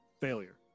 Failure